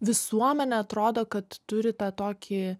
visuomenė atrodo kad turi tą tokį